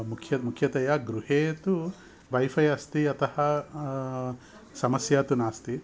मुख्यं मुख्यतया गृहे तु वैफै अस्ति अतः समस्या तु नास्ति